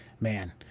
man